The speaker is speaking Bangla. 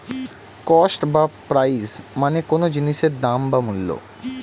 কস্ট বা প্রাইস মানে কোনো জিনিসের দাম বা মূল্য